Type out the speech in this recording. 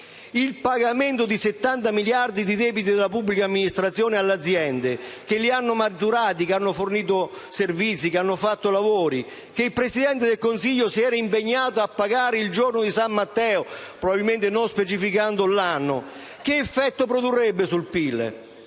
il pagamento dei 70 miliardi di euro di debiti della pubblica amministrazione alle aziende che li hanno maturati, che hanno fornito servizi, che hanno fatto lavori e che il Presidente del Consiglio si era impegnato a pagare il giorno di San Matteo (probabilmente non specificando l'anno)? Forse venti volte superiore